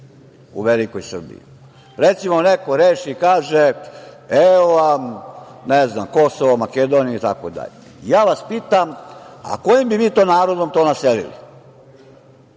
u velikoj Srbiji? Recimo, neko reši i kaže - evo vam, ne znam, Kosovo, Makedonija itd, ja vas pitam - a kojim bi vi to narodom to naselili?